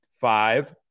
five